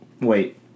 wait